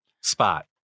spot